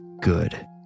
Good